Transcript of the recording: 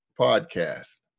podcast